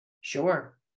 Sure